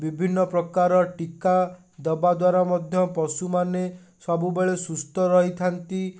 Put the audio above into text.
ବିଭିନ୍ନ ପ୍ରକାର ଟୀକା ଦେବାଦ୍ୱାରା ମଧ୍ୟ ପଶୁମାନେ ସବୁବେଳେ ସୁସ୍ଥ ରହିଥାନ୍ତି